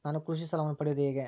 ನಾನು ಕೃಷಿ ಸಾಲವನ್ನು ಪಡೆಯೋದು ಹೇಗೆ?